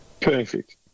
Perfect